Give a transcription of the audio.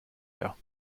her